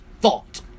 thought